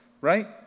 right